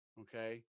Okay